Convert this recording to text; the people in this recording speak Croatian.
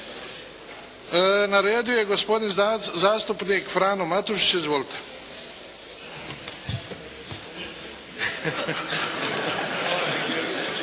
Na redu je gospodin zastupnik Frano matušić, izvolite.